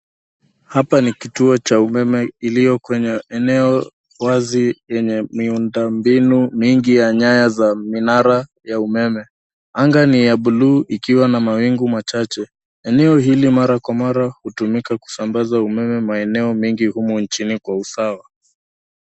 Hapa ni kituo cha umeme iliyo kwenye eneo wazi lenye miundo mbinu mingi ya nyaya za minara ya umeme. Anga ni ya buluu ikiwa na mawingu machache. Eneo hili mara kwa mara hutumika kusambaza umeme maeneo mingi humu nchini kwa usawa.